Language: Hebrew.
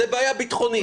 זאת בעיה ביטחונית.